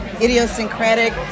idiosyncratic